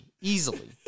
Easily